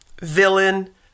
villain